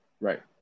Right